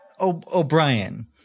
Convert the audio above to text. O'Brien